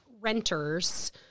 renters